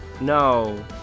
No